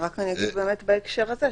רק אגיד באמת בהקשר הזה,